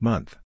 Month